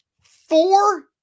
four